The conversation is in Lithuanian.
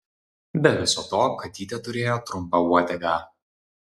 be viso to katytė turėjo trumpą uodegą